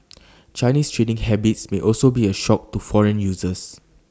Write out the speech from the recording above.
Chinese trading habits may also be A shock to foreign users